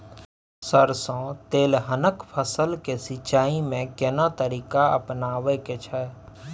सरसो तेलहनक फसल के सिंचाई में केना तरीका अपनाबे के छै?